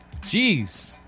Jeez